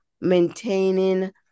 maintaining